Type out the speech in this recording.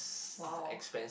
!wow!